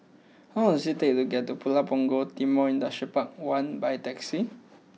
how long does it take to get to Pulau Punggol Timor Industrial Park One by taxi